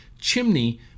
chimney